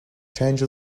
change